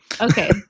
Okay